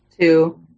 two